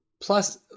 plus